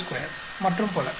62 மற்றும் பல